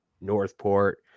Northport